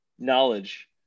Knowledge